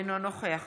אינו נוכח